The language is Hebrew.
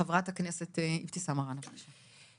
חברת הכנסת אבתיסאם מראענה, בבקשה.